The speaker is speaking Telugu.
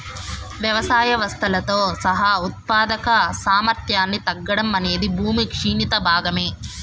వ్యవసాయ వ్యవస్థలతో సహా ఉత్పాదక సామర్థ్యాన్ని తగ్గడం అనేది భూమి క్షీణత భాగమే